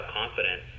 confident